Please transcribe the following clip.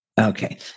Okay